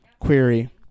query